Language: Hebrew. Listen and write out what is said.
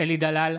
אלי דלל,